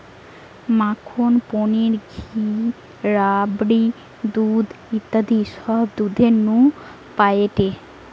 মাখন, পনির, ঘি, রাবড়ি, দুধ ইত্যাদি সব দুধের নু পায়েটে